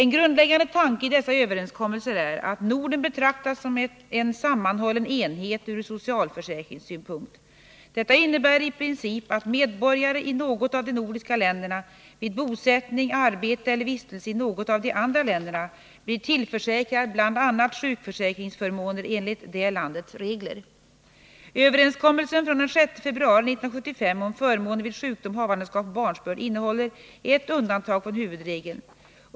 En grundläggande tanke i dessa överenskommelser är att Norden betraktas som en sammanhållen enhet ur socialförsäkringssynpunkt. Detta innebär i princip att medborgare i något av de nordiska länderna vid bosättning, arbete eller vistelse i något av de andra länderna blir tillförsäkrad bl.a. sjukförsäkringsförmåner enligt det landets regler. Överenskommelsen från den 6 februari 1975 om förmåner vid sjukdom, havandeskap och barnsbörd innehåller ett undantag från huvudregeln.